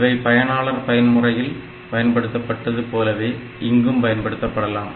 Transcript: இவை பயனாளர் பயன்முறையில் பயன்படுத்தப்பட்டது போலவே இங்கும் பயன்படுத்தலாம்